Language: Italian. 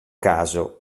caso